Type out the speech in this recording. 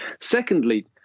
Secondly